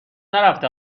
نرفته